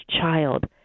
child